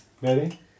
Ready